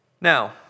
Now